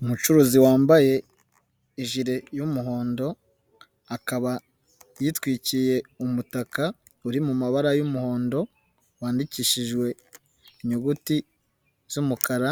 Umucuruzi wambaye ijire y'umuhondo akaba yitwikiye umutaka uri mu mabara y'umuhondo wandikishijwe inyuguti z'umukara,